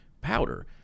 powder